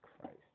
Christ